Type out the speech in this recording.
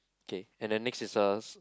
okay and then next is a s~